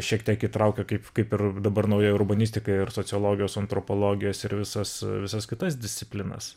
šiek tiek įtraukia kaip kaip ir dabar nauja urbanistika ir sociologijos antropologijos ir visas visas kitas disciplinas